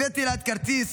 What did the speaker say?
הבאתי לה את כרטיס